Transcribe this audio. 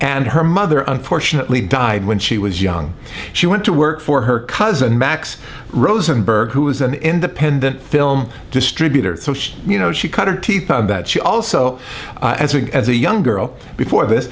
and her mother unfortunately died when she was young she went to work for her cousin max rosenberg who was an independent film distributor so she you know she cut her teeth on that she also as weak as a young girl before this